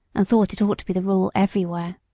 and thought it ought to be the rule everywhere.